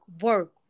work